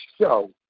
show